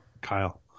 Kyle